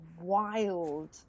wild